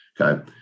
Okay